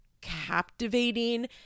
captivating